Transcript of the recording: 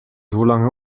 solange